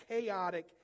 chaotic